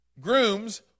grooms